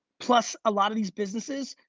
plus a lot of these businesses,